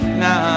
now